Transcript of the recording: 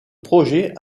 projet